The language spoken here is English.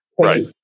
Right